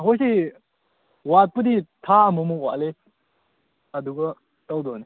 ꯑꯩꯈꯣꯏꯁꯤ ꯋꯥꯠꯄꯨꯗꯤ ꯊꯥ ꯑꯃꯃꯨꯛ ꯋꯥꯠꯂꯤ ꯑꯗꯨꯒ ꯇꯧꯗꯧꯅꯦ